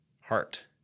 heart